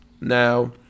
Now